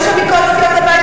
היו שם מכל סיעות הבית.